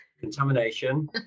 contamination